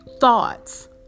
thoughts